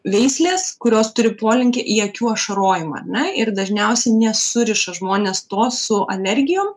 veislės kurios turi polinkį į akių ašarojimą ar ne ir dažniausiai nesuriša žmonės to su alergijom